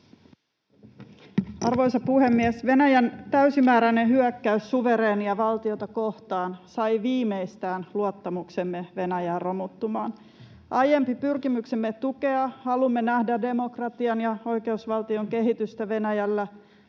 Arvoisa puhemies! Viimeistään Venäjän täysimääräinen hyökkäys suvereenia valtiota kohtaan sai luottamuksemme Venäjään romuttumaan. Aiempi pyrkimyksemme tukea, halumme nähdä demokratian ja oikeusvaltion kehitystä Venäjällä,